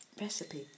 recipe